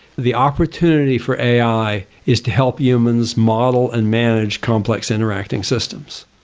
the opportunity for ai is to help humans model and manage complex interacting systems.